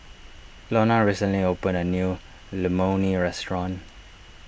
Lonna recently opened a new Imoni Restaurant